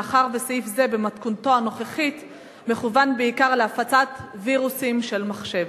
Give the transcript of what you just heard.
מאחר שסעיף זה במתכונתו הנוכחית מכוון בעיקר להפצת וירוסים של מחשב.